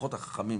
הכוחות החכמים,